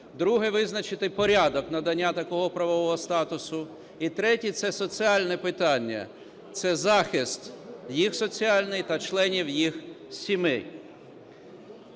Друге – визначити порядок надання такого правового статусу. І третє – це соціальне питання, це захист їх соціальний та членів їх сімей.